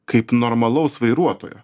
kaip normalaus vairuotojo